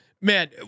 man